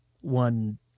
one